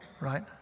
right